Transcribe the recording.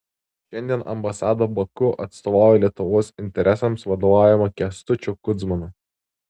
šiandien ambasada baku atstovauja lietuvos interesams vadovaujama kęstučio kudzmano